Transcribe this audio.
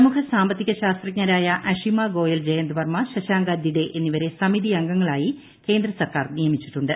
പ്രമുഖ സാമ്പത്തിക ശാസ്ത്രജ്ഞരായ അഷിമ ഗോയൽ ജയന്ത് വർമ ശശാങ്ക ദിഡെ എന്നിവരെ സമിതി അംഗങ്ങളായി കേന്ദ്ര സർക്കാർ നിയമിച്ചിട്ടുണ്ട്